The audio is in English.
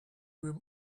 room